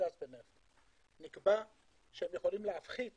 וזה נובע מהערך שייחסו